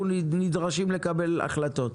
אנחנו נדרשים לקבל החלטות.